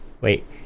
Wait